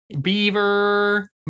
beaver